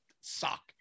Suck